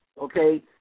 okay